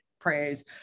praise